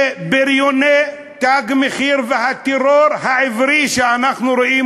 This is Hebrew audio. שבריוני "תג מחיר" והטרור העברי שאנחנו רואים